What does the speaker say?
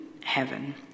heaven